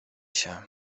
się